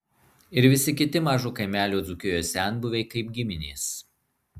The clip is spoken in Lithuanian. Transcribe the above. ir visi kiti mažo kaimelio dzūkijoje senbuviai kaip giminės